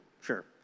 Sure